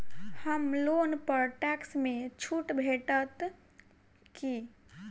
होम loan पर tax मे छुट भेटत की